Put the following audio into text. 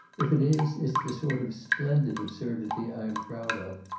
if it is, it's the sort of splendid absurdity i am proud of.